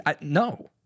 No